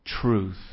Truth